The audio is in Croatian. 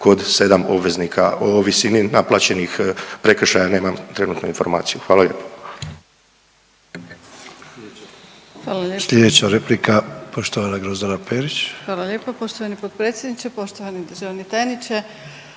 kod 7 obveznika. O visini naplaćenih prekršaja nemam trenutno informaciju. **Župan,